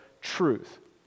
truth